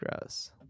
gross